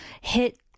hit